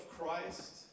Christ